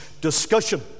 discussion